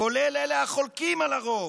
כולל אלה החולקים על הרוב.